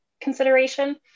consideration